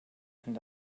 and